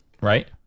right